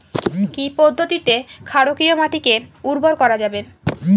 কি পদ্ধতিতে ক্ষারকীয় মাটিকে উর্বর করা যাবে?